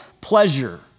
pleasure